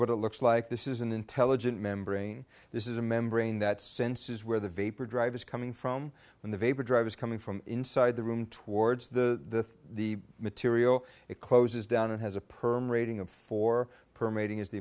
what it looks like this is an intelligent membrane this is a membrane that senses where the vapor drive is coming from and the vapor drive is coming from inside the room towards the the material it closes down and has a